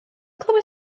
clywed